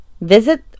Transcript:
Visit